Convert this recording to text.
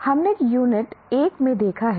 हमने यूनिट 1 में देखा है